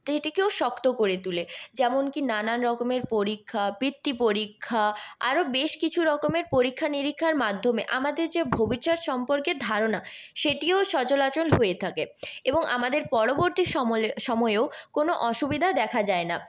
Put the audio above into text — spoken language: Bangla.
ওইটিকেও শক্ত করে তোলে যেমন কি নানান রকমের পরীক্ষা বৃত্তি পরীক্ষা আরও বেশ কিছু রকমের পরীক্ষা নিরীক্ষার মাধ্যমে আমাদের যে ভবিষ্যৎ সম্পর্কে ধারণা সেটিও সচরাচর হয়ে থাকে এবং আমাদের পরবর্তী সময়েও কোনও অসুবিধা দেখা যায় না